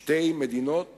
שתי מדינות